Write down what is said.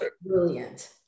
brilliant